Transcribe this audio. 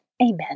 Amen